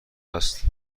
است